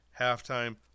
halftime